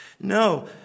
No